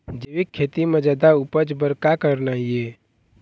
जैविक खेती म जादा उपज बर का करना ये?